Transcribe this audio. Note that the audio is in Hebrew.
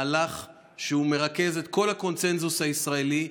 מהלך שהוא מרכז את כל הקונסנזוס הישראלי,